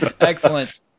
Excellent